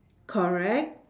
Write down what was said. correct